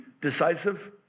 decisive